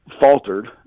faltered